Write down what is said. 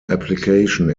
application